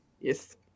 Yes